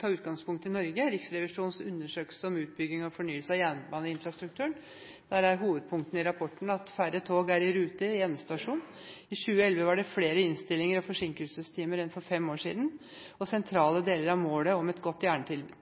ta utgangspunkt i Norge og Riksrevisjonens undersøkelse om utbygging av fornyelse av jernbaneinfrastrukturen. Der er hovedpunktene i rapporten at færre tog er i rute ved endestasjonene. I 2011 var det flere innstillinger og forsinkelsestimer enn for fem år siden, og sentrale deler av målet om et godt